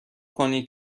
کنید